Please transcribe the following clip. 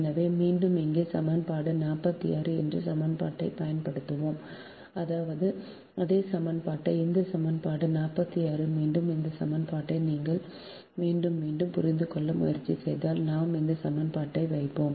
எனவே மீண்டும் இங்கே சமன்பாடு 46 என்று சமன்பாட்டைப் பயன்படுத்துவோம் அதாவது அதே சமன்பாடு இந்த சமன்பாடு 46 மீண்டும் இந்த சமன்பாட்டை நீங்கள் மீண்டும் மீண்டும் புரிந்து கொள்ள முயற்சித்தால் நாம் இந்த சமன்பாட்டை வைப்போம்